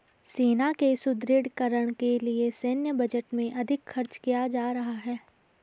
सेना के सुदृढ़ीकरण के लिए सैन्य बजट में अधिक खर्च किया जा रहा है